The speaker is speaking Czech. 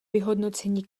vyhodnocení